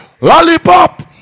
lollipop